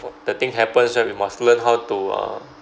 f~ the thing happens then we must learn how to uh